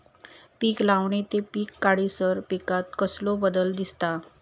पीक लावणी ते पीक काढीसर पिकांत कसलो बदल दिसता?